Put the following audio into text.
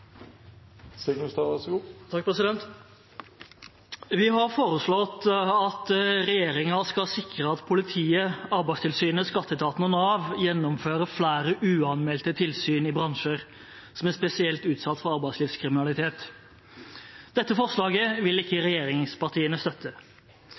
Vi har foreslått at regjeringen skal sikre at politiet, Arbeidstilsynet, skatteetaten og Nav gjennomfører flere uanmeldte tilsyn i bransjer som er spesielt utsatt for arbeidslivskriminalitet. Dette forslaget vil ikke